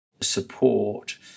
support